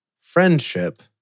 friendship